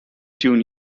tune